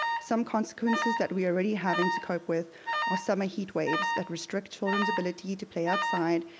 some consequences that we already having to cope with are summer heat waves that restrict children's ability to play outside,